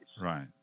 Right